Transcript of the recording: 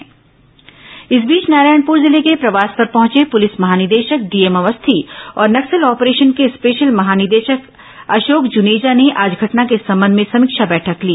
माओवादी घटना समीक्षा बैठक इस बीच नारायणपुर जिले के प्रवास पर पहुंचे पुलिस महानिदेशक डीएम अवस्थी और नक्सल ऑपरेशन के स्पेशल महानिदेशक अशोक जुनेजा ने आज घटना के संबंध में समीक्षा बैठक ली